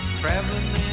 traveling